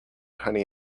honey